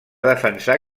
defensar